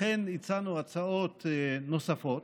לכן הצענו הצעות נוספות,